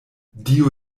dio